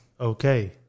Okay